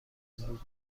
بود